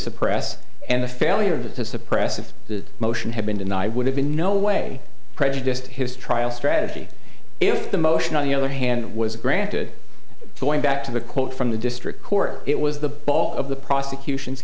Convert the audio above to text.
suppress and the failure to suppress if the motion had been denied would have been no way prejudiced his trial strategy if the motion on the other hand was granted going back to the quote from the district court it was the bulk of the prosecution